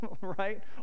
right